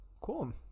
cool